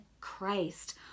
Christ